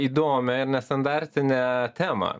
įdomią ir nestandartinę temą